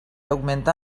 augmenta